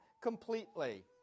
completely